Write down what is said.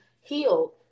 healed